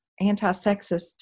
anti-sexist